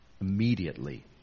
immediately